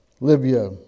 Libya